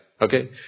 okay